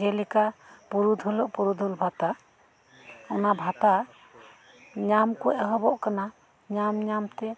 ᱡᱮᱞᱮᱠᱟ ᱯᱩᱨᱩᱫᱷᱩᱞ ᱵᱷᱟᱛᱟ ᱚᱱᱟ ᱵᱷᱟᱛᱟ ᱧᱟᱢ ᱠᱚ ᱮᱦᱚᱵᱚᱜ ᱠᱟᱱᱟ ᱧᱟᱢ ᱧᱟᱢᱛᱮ